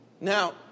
Now